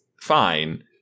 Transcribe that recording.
fine